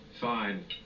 Fine